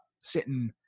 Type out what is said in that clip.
sitting